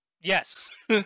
Yes